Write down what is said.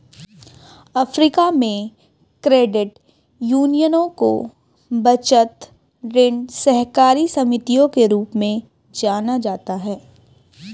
Africa में, credit यूनियनों को बचत, ऋण सहकारी समितियों के रूप में जाना जाता है